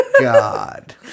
God